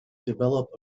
develop